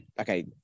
okay